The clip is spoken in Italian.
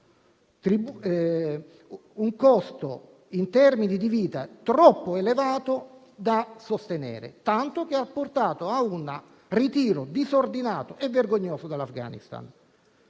un costo in termini di vite troppo elevato da sostenere, tanto che ha portato a un ritiro disordinato e vergognoso dall'Afghanistan.